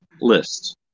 list